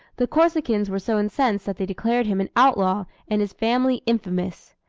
the corsicans were so incensed that they declared him an outlaw and his family infamous.